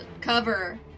cover